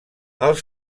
els